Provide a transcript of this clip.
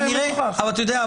אבל אתה יודע,